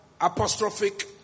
apostrophic